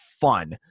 fun